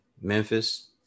memphis